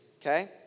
Okay